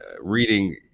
reading